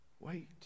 Wait